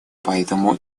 поэтому